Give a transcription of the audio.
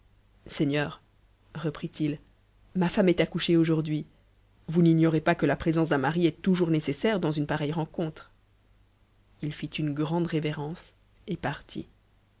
seigneur reprit-il ma femme est accouchée aujourd'hui ous n'ignorez pas que la présence d'un mari est toujours nécessaire dans pareille rencontre il t fit une grande révérence et partit